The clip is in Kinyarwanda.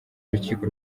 urukiko